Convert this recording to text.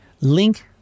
link